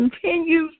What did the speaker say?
continues